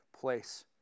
place